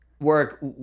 Work